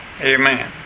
Amen